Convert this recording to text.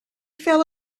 fell